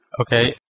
Okay